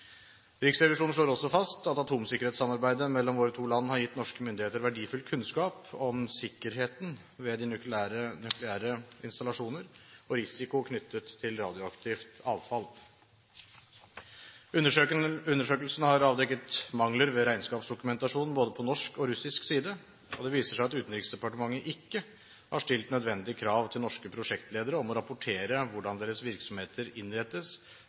Riksrevisjonen slår også fast at atomsikkerhetssamarbeidet mellom våre to land har gitt norske myndigheter verdifull kunnskap om sikkerheten ved nukleære installasjoner og risiko knyttet til radioaktivt avfall. Undersøkelsen har avdekket mangler ved regnskapsdokumentasjonen på både norsk og russisk side. Det viser seg at Utenriksdepartementet ikke har stilt nødvendige krav til norske prosjektledere om å rapportere hvordan deres virksomheter innrettes